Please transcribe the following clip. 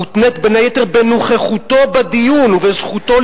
המותנית בין היתר בנוכחותו בדיון ובזכותו